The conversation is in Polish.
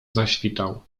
zaświtał